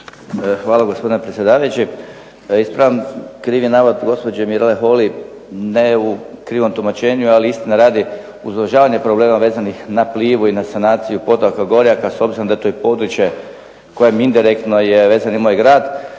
Hvala gospodine predsjedavajući. Ispravljam krivi navod gospođe Mirele Holy ne u krivom tumačenju, ali istine radi uz … /Govornik se ne razumije./… problema vezanih na Plivu i na sanaciju potoka Gorjaka s obzirom da je to područje kojim indirektno je vezan i moj grad.